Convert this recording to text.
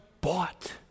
bought